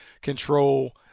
control –